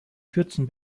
kürzen